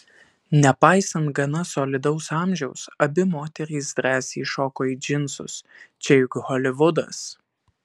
nepaisant gana solidaus amžiaus abi moterys drąsiai įšoko į džinsus čia juk holivudas